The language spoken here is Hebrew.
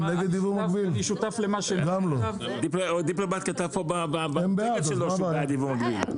אני שותף למה- -- דיפלומט הציגו במצגת שלהם שהם בעד יבוא מקביל.